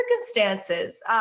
circumstances